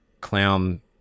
clown